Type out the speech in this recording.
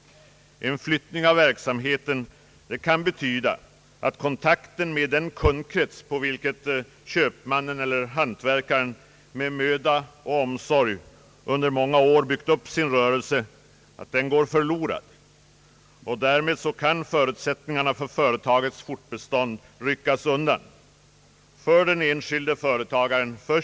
En flyttning av verksamheten kan betyda att kontakten med den kundkrets på vilken köpmannen eller hantverkaren med möda och omsorg under många år byggt upp sin rörelse går förlorad. Därmed kan grunderna för det företagets fortbestånd ryckas undan. För den enskilde företagaren, för köp Ang.